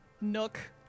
nook